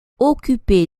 occupé